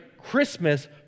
christmas